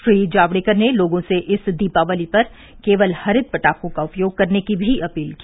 श्री जावड़ेकर ने लोगों से इस दीपावली पर केवल हरित पटाखों का उपयोग करने की भी अपील की